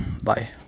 bye